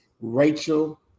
rachel